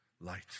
light